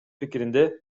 пикиринде